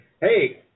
hey